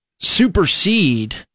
supersede